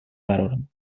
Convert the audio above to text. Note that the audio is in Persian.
قرارمون